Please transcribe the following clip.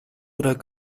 oder